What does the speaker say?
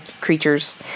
creatures